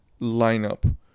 lineup